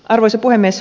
arvoisa puhemies